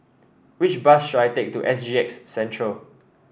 which bus should I take to S G X central